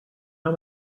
how